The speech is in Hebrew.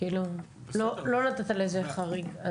לא נתת לזה חריג.